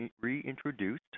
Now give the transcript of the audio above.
reintroduced